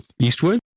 Eastwood